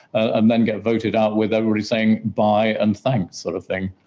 um then get voted out with everybody saying bye and thanks, sort of thing.